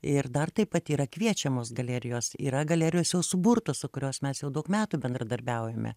ir dar taip pat yra kviečiamos galerijos yra galerijos jau suburtos su kurios mes jau daug metų bendradarbiaujame